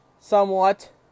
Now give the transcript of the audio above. somewhat